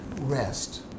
rest